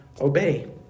obey